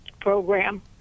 program